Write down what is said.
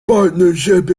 partnership